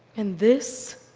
and this,